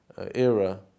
era